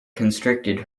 constricted